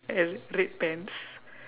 uh red pants